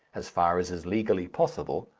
as far as is legally possible,